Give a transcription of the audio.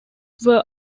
were